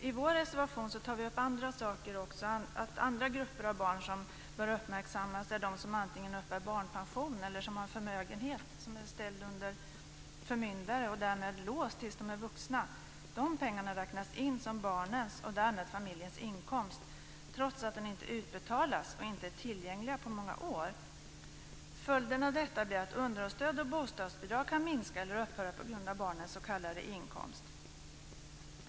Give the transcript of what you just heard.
I vår reservation tar vi också upp att andra grupper av barn som bör uppmärksammas är de som antingen uppbär barnpension eller som har en förmögenhet som är ställd under förmyndare och därmed låst tills de är vuxna. De pengarna räknas in som barnens och därmed familjens inkomst trots att de inte utbetalas och inte är tillgängliga på många år. Följden av detta blir att underhållsstöd och bostadsbidrag kan minska eller upphöra på grund av barnens s.k. inkomst.